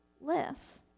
less